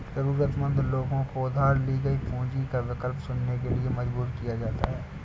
जरूरतमंद लोगों को उधार ली गई पूंजी का विकल्प चुनने के लिए मजबूर किया जाता है